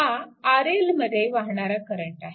हा RL मध्ये वाहणारा करंट आहे